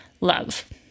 love